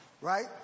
right